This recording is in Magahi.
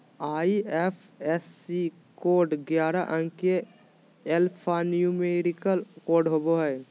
आई.एफ.एस.सी कोड ग्यारह अंक के एल्फान्यूमेरिक कोड होवो हय